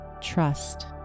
Trust